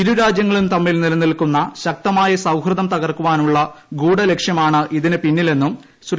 ഇരുരാജ്യങ്ങളും തമ്മിൽ നിലനിൽക്കുന്ന ശക്തമായ സൌഹൃദം തകർക്കാനുള്ള ഇതിന് പിന്നിലെന്നും ശ്രീ